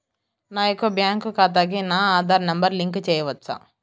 నా యొక్క బ్యాంక్ ఖాతాకి నా ఆధార్ నంబర్ లింక్ చేయవచ్చా?